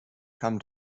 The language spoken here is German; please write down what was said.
kam